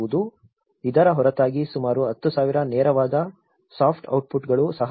ಇದರ ಹೊರತಾಗಿ ಸುಮಾರು 10000 ನೇರವಾದ ಸಾಫ್ಟ್ ಔಟ್ಪುಟ್ಗಳು ಸಹ ಇವೆ